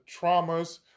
traumas